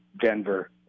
Denver